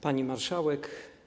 Pani Marszałek!